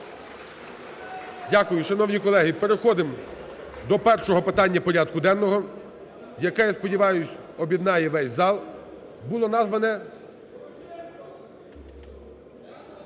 Дякую. Шановні колеги, переходимо до першого питання порядку денного, яке, я сподіваюсь, об'єднає весь зал. Було назване…